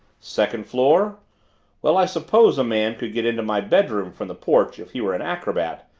second floor well, i suppose a man could get into my bedroom from the porch if he were an acrobat,